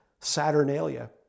Saturnalia